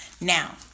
now